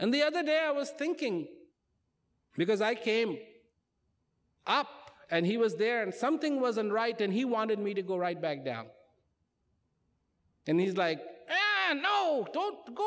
and the other day i was thinking because i came up and he was there and something wasn't right and he wanted me to go right back down and he's like no don't go